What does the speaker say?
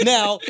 Now